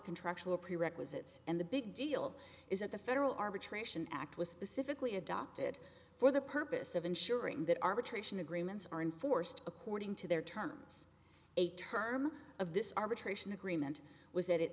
contractual prerequisites and the big deal is that the federal arbitration act was specifically adopted for the purpose of ensuring that arbitration agreements are enforced according to their terms a term of this arbitration agreement was that it